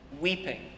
weeping